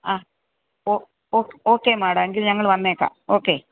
ആ okay madam എങ്കിൽ ഞങ്ങൾ വന്നേക്കാം ഓക്കെ